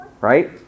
Right